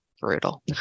brutal